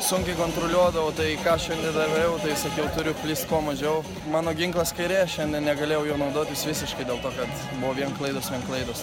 sunkiai kontroliuodavau tai ką šiandien dariau tai sakiau turiu klyst kuo mažiau mano ginklas kairė šiandien negalėjau juo naudotis visiškai dėl to kad buvo vien klaidos vien klaidos